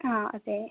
ആ അതെ